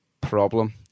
problem